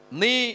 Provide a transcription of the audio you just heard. ni